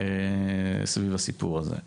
סביב הסיפור הזה.